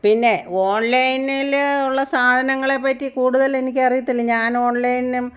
പിന്നെ ഓൺലൈനിൽ ഉള്ള സാധനങ്ങളെ പറ്റി കൂടുതലെനിക്ക് അറിയത്തില്ല ഞാൻ ഓൺലൈനിലും